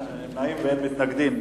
נמנעים ואין מתנגדים.